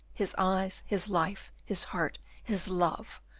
his eyes, his life, his heart, his love,